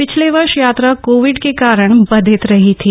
पिछले वर्ष यात्रा कोविड के कारण बाधित रही थी